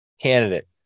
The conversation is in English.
candidate